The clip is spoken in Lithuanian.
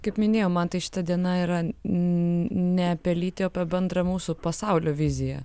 kaip minėjau man tai šita diena yra ne apie lyti o apie bendrą mūsų pasaulio viziją